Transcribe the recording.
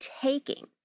taking